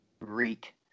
Reek